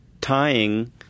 tying